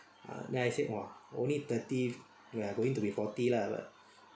ah then I said !wah! only thirty we're going to be forty lah but